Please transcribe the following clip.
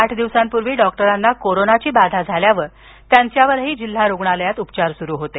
आठ दिवसांपूर्वी डॉक्टरांना कोरोनाची बाधा झाल्यानं त्यांच्यावर जिल्हा रुग्णालयात उपचार सुरू होते